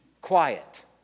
quiet